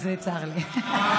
אז צר לי.